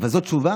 אבל זאת תשובה?